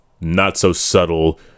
not-so-subtle